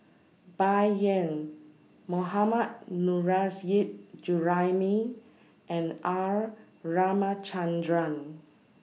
Bai Yan Mohammad Nurrasyid Juraimi and R Ramachandran